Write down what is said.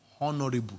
honorable